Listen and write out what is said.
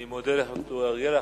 אני מודה לחבר הכנסת אורי אריאל.